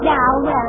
Now